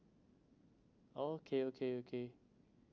okay okay okay